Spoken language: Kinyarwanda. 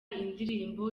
indirimbo